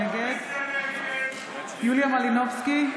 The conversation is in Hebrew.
נגד יוליה מלינובסקי,